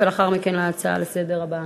ולאחר מכן להצעה לסדר-היום הבאה.